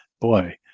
boy